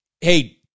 hey